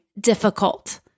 difficult